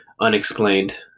unexplained